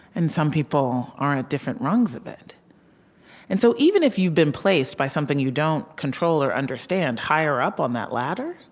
and some people are at different rungs of it and so even if you've been placed by something you don't control or understand, higher up on that ladder,